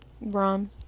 Ron